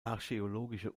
archäologische